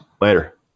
Later